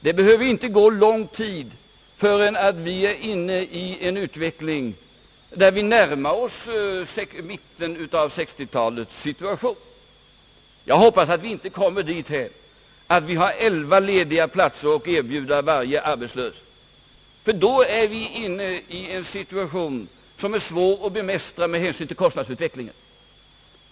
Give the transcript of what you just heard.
Det behöver inte gå lång tid, förrän vi är inne i en utveckling, där vi närmar oss situationen i mitten av 1960 talet. Jag hoppas att vi inte kommer dithän, att vi har 11 lediga platser att erbjuda en arbetslös, ty då befinner vi oss i en situation, som är svår att bemästra med hänsyn till kostnadsutvecklingen.